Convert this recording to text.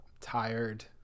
tired